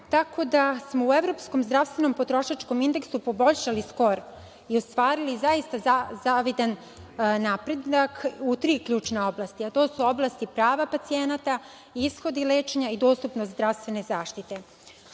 tako da smo u Evropskom zdravstvenom potrošačkom indeksu poboljšali skor i ostvarili zaista zavidan napredak u tri ključne oblasti, a to su oblasti prava pacijenata, ishodi lečenja i dostupnost zdravstvene zaštite. Ovom